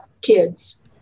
kids